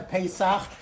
Pesach